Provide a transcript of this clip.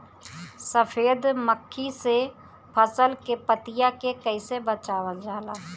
सफेद मक्खी से फसल के पतिया के कइसे बचावल जाला?